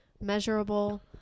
measurable